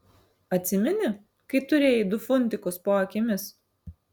atsimeni kai turėjai du funtikus po akimis